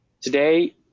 Today